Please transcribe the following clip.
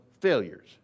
failures